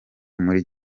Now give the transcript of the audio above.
muri